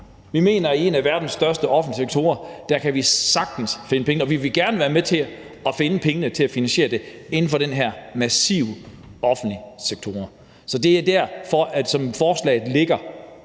Vi mener, at vi i en af verdens største offentlige sektorer sagtens kan finde penge, og vi vil gerne være med til at finde pengene til at finansiere det inden for den her massive offentlige sektor. Så som forslaget ligger